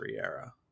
era